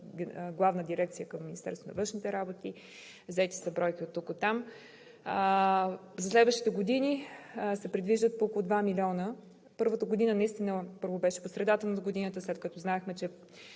Главна дирекция към Министерството на външните работи. Взети са бройки оттук-оттам. За следващите години се предвиждат по около 2 милиона. Първата година първо беше по средата на годината, след като знаехме, че